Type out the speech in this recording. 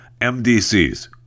MDCs